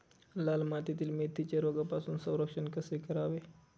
लाल मातीतील मेथीचे रोगापासून संरक्षण कसे करावे?